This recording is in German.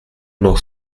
noch